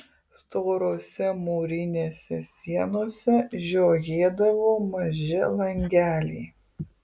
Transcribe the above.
storose mūrinėse sienose žiojėdavo maži langeliai